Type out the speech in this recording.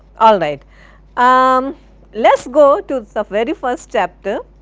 alright um let's go to the so very first chapter.